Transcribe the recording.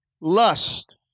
Lust